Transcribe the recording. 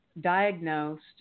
diagnosed